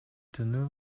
түнү